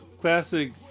Classic